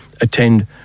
attend